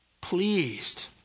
pleased